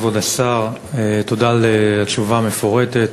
כבוד השר, תודה על התשובה המפורטת.